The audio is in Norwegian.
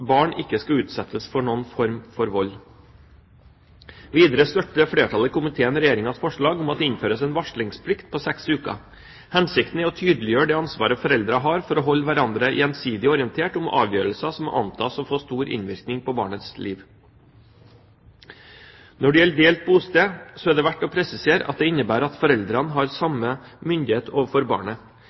barn ikke skal utsettes for noen form for vold. Videre støtter flertallet i komiteen Regjeringens forslag om at det innføres en varslingsplikt på seks uker. Hensikten er å tydeliggjøre det ansvaret foreldrene har for å holde hverandre gjensidig orientert om avgjørelser som må antas å få stor innvirkning på barnets liv. Når det gjelder delt bosted, er det verdt å presisere at det innebærer at foreldrene har samme myndighet overfor barnet.